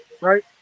right